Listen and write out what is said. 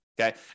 Okay